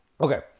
Okay